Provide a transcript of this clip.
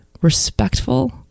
respectful